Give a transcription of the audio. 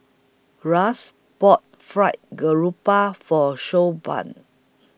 Ras bought Fried Garoupa For Siobhan